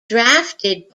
drafted